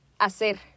hacer